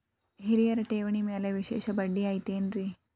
ಹಿರಿಯರ ಠೇವಣಿ ಮ್ಯಾಲೆ ವಿಶೇಷ ಬಡ್ಡಿ ಐತೇನ್ರಿ?